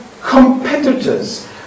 competitors